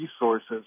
resources